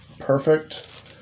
perfect